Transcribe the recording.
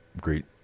great